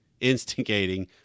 instigating